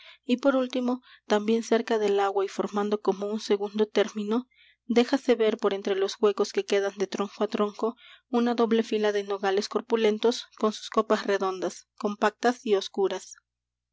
y por último también cerca del agua y formando como un segundo término déjase ver por entre los huecos que quedan de tronco á tronco una doble fila de nogales corpulentos con sus copas redondas compactas y oscuras